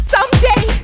Someday